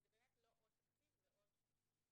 כי זה באמת לא עוד תקציב, זה עוד פרוצדורה.